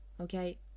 okay